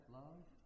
love